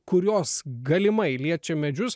kurios galimai liečia medžius